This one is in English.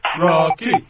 Rocky